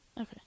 Okay